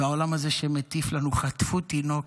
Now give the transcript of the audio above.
העולם הזה שמטיף לנו, חטפו תינוק,